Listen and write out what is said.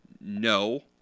no